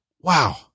wow